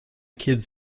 kids